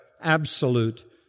absolute